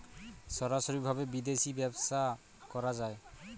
সরাসরি ভাবে বিদেশী ব্যবসা করা যায়